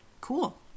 cool